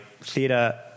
theatre